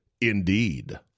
Indeed